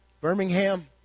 Birmingham